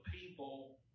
people